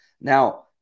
now